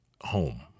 home